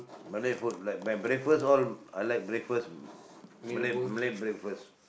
Malay food like my breakfast all I like breakfast Malay Malay breakfast